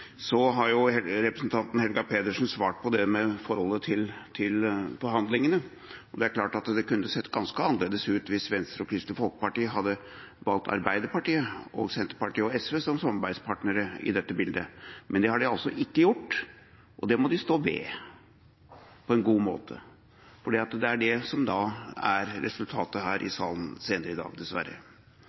Så har jo representanten Helga Pedersen svart på det med forholdet til forhandlingene. Det er klart at det kunne sett ganske annerledes ut hvis Venstre og Kristelig Folkeparti hadde valgt Arbeiderpartiet, Senterpartiet og SV som samarbeidspartnere i dette bildet, men det har de altså ikke gjort. Det må de stå ved på en god måte, for det er det som er resultatet her i salen senere i dag – dessverre.